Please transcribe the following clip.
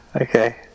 Okay